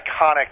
iconic